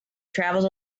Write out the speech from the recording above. traveled